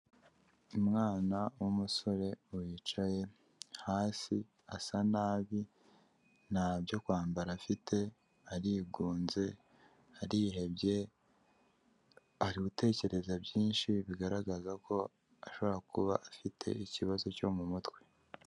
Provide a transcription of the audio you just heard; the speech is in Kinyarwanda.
Umwana w'umusore wicaye hasi asa nabi ntabyo kwambara afite, arigunze, arihebye, ari gutekereza byinshi bigaragaza ko ashobora kuba afite ikibazo cyo mu mutwe.